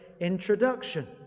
introduction